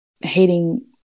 hating